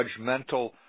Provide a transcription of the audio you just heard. judgmental